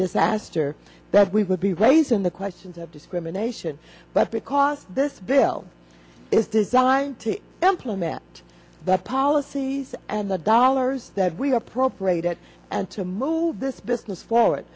disaster that we will be raising the questions of discrimination but because this bill is designed to implement that policies and the dollars that we are appropriate it and to move this business